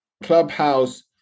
Clubhouse